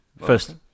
First